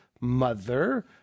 mother